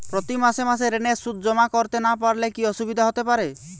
প্রতি মাসে মাসে ঋণের সুদ জমা করতে না পারলে কি অসুবিধা হতে পারে?